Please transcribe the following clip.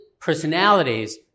personalities